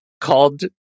called